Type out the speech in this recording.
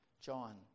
John